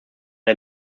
der